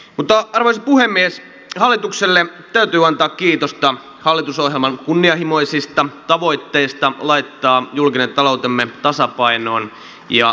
mutta arvoisa puhemies hallitukselle täytyy antaa kiitosta hallitusohjelman kunnianhimoisista tavoitteista laittaa julkinen taloutemme tasapainoon ja suomi kuntoon